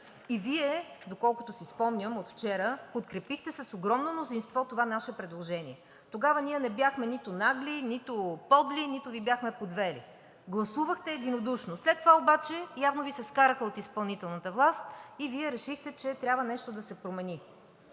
Вие, доколкото си спомням, вчера подкрепихте с огромно мнозинство това наше предложение. Тогава ние не бяхме нито нагли, нито подли, нито Ви бяхме подвели – гласувахте единодушно. След това обаче явно Ви се скараха от изпълнителната власт и решихте, че трябва нещо да се промени.